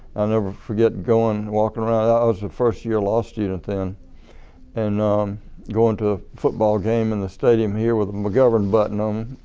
i'll never forget going, walking around, i was a first year law student then and going to a football game in the stadium here with a mcgovern button um